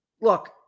Look